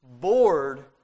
Bored